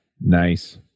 nice